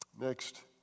Next